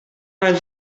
dein